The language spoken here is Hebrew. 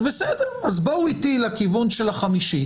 אז בסדר, אז בואו איתי לכיוון של החמישית,